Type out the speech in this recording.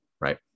right